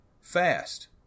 fast